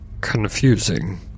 confusing